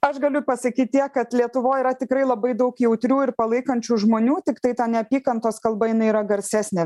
aš galiu pasakyt tiek kad lietuvoj yra tikrai labai daug jautrių ir palaikančių žmonių tiktai ta neapykantos kalba jinai yra garsesnė